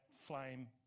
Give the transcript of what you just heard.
flame